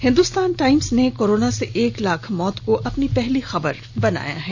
Hindustan Times ने corona से एक लाख मौत को अपनी पहली खबर बनाई है